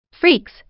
Freaks